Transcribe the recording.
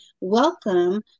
welcome